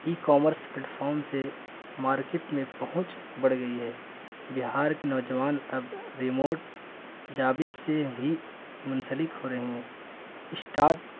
ای commerce platform سے market میں پہنچ بڑھ گئی ہے بہار کی نوجوان اب ریموٹ جابز سے بھی منسلک ہو رہے ہیں اشٹارٹ